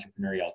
entrepreneurial